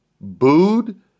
booed